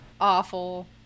awful